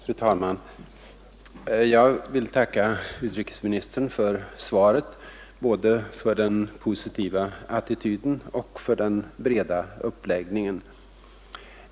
Fru talman! Jag vill tacka utrikesministern för svaret, både för den positiva attityden och för den breda uppläggningen.